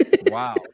Wow